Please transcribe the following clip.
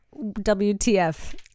WTF